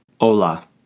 Hola